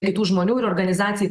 kitų žmonių ir organizacijai